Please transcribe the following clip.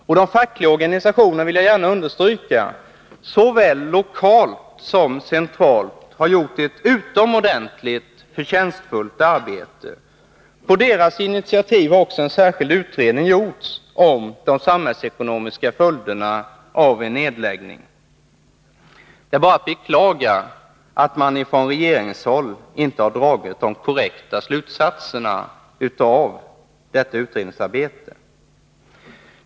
Och jag vill gärna understryka att de fackliga organisationerna, såväl lokalt som centralt, har gjort ett utomordentligt förtjänstfullt arbete. På deras initiativ har också en särskild utredning gjorts om de samhällsekonomiska följderna av en nedläggning. Det är bara att beklaga att man från regeringshåll inte har dragit de korrekta slutsatserna av detta utredningsarbete.